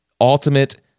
Ultimate